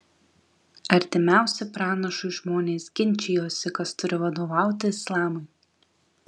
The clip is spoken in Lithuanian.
artimiausi pranašui žmonės ginčijosi kas turi vadovauti islamui